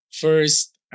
first